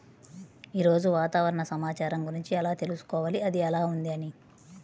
ఈరోజు వాతావరణ సమాచారం గురించి ఎలా తెలుసుకోవాలి అది ఎలా ఉంది అని?